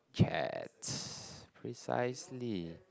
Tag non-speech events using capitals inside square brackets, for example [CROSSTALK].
chat [NOISE] precisely